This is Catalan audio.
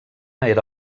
era